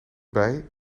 bij